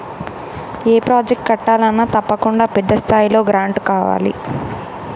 ఏ project కట్టాలన్నా తప్పకుండా పెద్ద స్థాయిలో గ్రాంటు కావాలి